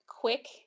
quick